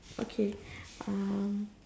okay uh